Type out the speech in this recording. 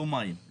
לא מים,